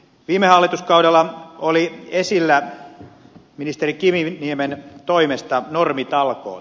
viime hallituskaudella olivat esillä ministeri kiviniemen toimesta normitalkoot